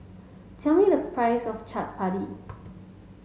tell me the price of Chaat Papri